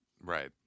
Right